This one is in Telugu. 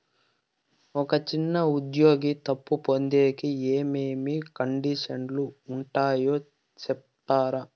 ఒక చిన్న ఉద్యోగి అప్పు పొందేకి ఏమేమి కండిషన్లు ఉంటాయో సెప్తారా?